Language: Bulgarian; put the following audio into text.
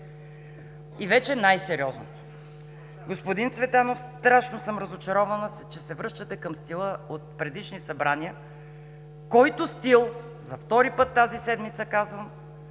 И вече най-сериозното. Господин Цветанов, страшно съм разочарована, че се връщате към стила от предишни събрания, който стил, за втори път тази седмица казвам,